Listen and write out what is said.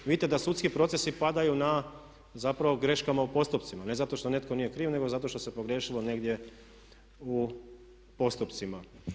Vidite da sudski procesi padaju na, zapravo greškama u postupcima ali ne zato što netko nije kriv nego zato što se pogriješilo negdje u postupcima.